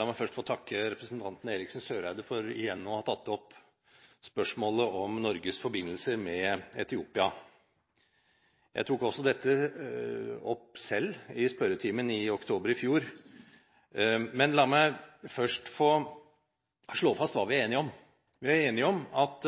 La meg først få takke representanten Eriksen Søreide for igjen å ha tatt opp spørsmålet om Norges forbindelser med Etiopia. Jeg tok også selv opp dette i oktober i fjor. La meg få slå fast hva vi er enige om: Vi er enige om at